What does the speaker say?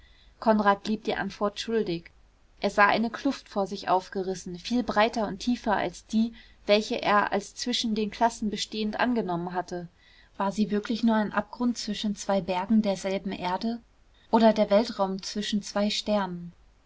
konrad blieb die antwort schuldig er sah eine kluft vor sich aufgerissen viel breiter und tiefer als die welche er als zwischen den klassen bestehend angenommen hatte war sie wirklich nur ein abgrund zwischen zwei bergen derselben erde oder der weltraum zwischen zwei sternen